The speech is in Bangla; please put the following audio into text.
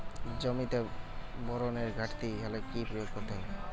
জমিতে বোরনের ঘাটতি হলে কি প্রয়োগ করব?